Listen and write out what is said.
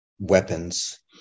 weapons